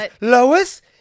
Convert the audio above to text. Lois